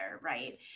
right